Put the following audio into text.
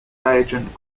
agent